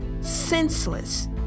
senseless